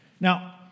Now